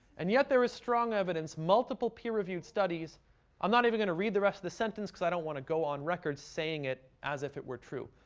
and yet, there is strong evidence, multiple peer reviewed studies i'm not even going to read the rest of the sentence because i don't want to go on record saying it as if it were true.